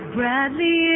Bradley